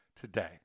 today